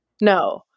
No